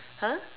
!huh!